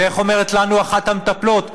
ואיך אומרת לנו אחת המטפלות?